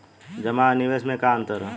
जमा आ निवेश में का अंतर ह?